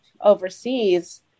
overseas